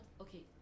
okay